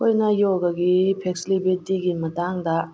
ꯑꯩꯈꯣꯏꯅ ꯌꯣꯒꯥꯒꯤ ꯐ꯭ꯂꯦꯛꯁꯤꯕꯤꯂꯤꯇꯤꯒꯤ ꯃꯇꯥꯡꯗ